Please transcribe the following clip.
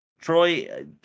Troy